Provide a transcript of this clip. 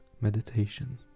meditation